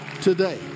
today